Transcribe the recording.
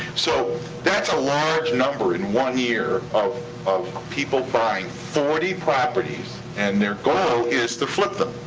so that's a large number in one year of of people buying forty properties, and their goal is to flip them.